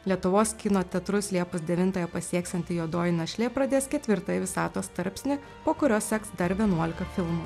lietuvos kino teatrus liepos devintąją pasieksianti juodoji našlė pradės ketvirtąjį visatos tarpsnį po kurio seks dar vienuolika filmų